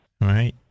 right